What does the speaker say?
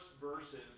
verses